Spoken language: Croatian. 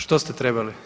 što ste trebali?